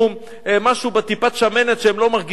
משהו בטיפת שמנת שהם לא מרגישים,